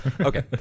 okay